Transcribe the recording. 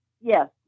yes